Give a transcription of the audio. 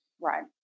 Right